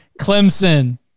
Clemson